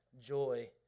joy